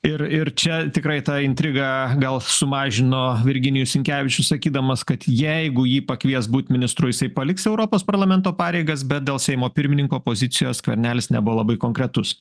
ir ir čia tikrai tą intrigą gal sumažino virginijus sinkevičius sakydamas kad jeigu jį pakvies būt ministru jisai paliks europos parlamento pareigas bet dėl seimo pirmininko pozicijos skvernelis nebuvo labai konkretus